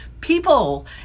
people